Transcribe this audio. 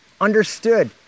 understood